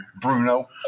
Bruno